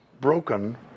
broken